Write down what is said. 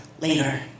later